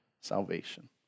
salvation